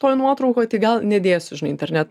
toj nuotraukoj tai gal nedėsiu žinai interne